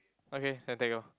okay can take orh